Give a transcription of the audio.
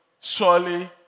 surely